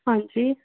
ਹਾਂਜੀ